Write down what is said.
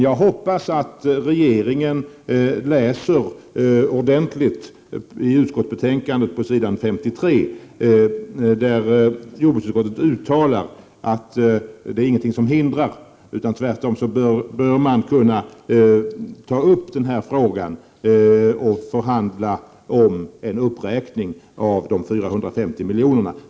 Jag hoppas att regeringen läser ordentligt i betänkandet på s. 53, där jordbruksutskottet uttalar att det inte finns några hinder, utan tvärtom bör man kunna ta upp frågan och förhandla om en uppräkning av de 450 miljonerna.